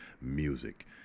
music